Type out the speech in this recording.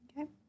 Okay